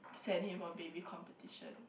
send him for baby competition